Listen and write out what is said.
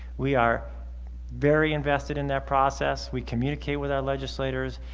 we are very invested in that process. we communicate with our legislators,